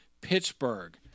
Pittsburgh